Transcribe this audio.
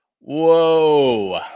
Whoa